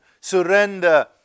surrender